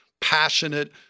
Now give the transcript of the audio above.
passionate